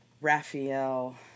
Raphael